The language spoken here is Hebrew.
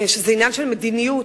שזה עניין של מדיניות.